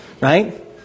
right